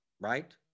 right